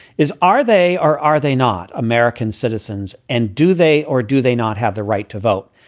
is are they are are they not american citizens? and do they or do they not have the right to vote?